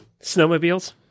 Snowmobiles